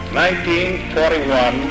1941